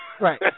Right